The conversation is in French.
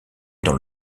dans